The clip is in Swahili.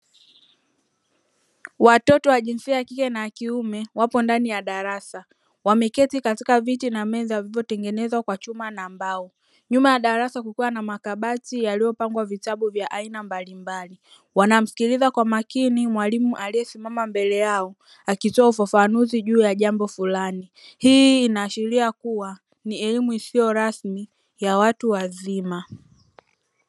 Watoto wa jinsia ya kike na kiume wapo ndani ya darasa, wameketi katika viti na meza vilivyotengenezwa kwa chuma na mbao. Nyuma ya darasa kukiwa na makabati yaliyopangwa vitabu vya aina mbalimbali. Wanamsikiliza kwa makini mwalimu aliyesimama mbele yao, akitoa ufafanuzi juu ya jambo fulani. Hii inaashiria kuwa ni elimu isiyo rasmi ya watu wazima.